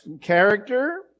character